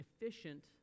efficient